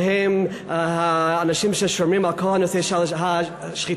שהם האנשים ששומרים על כל הנושא של השחיטה,